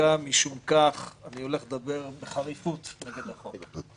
ודווקא משום כך אני הולך לדבר בחריפות נגד החוק.